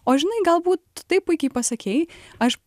o žinai galbūt taip puikiai pasakei aš